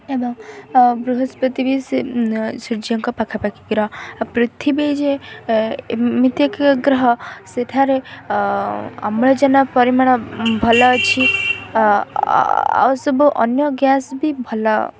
ଏବଂ ବୃହସ୍ପତି ବି ସେ ସୂର୍ଯ୍ୟଙ୍କ ପାଖାପାଖି ଗ୍ରହ ପୃଥିବୀ ଯେ ଏମିତି ଏକ ଗ୍ରହ ସେଠାରେ ଅମ୍ଳଜାନ ପରିମାଣ ଭଲ ଅଛି ଆଉ ସବୁ ଅନ୍ୟ ଗ୍ୟାସ୍ ବି ଭଲ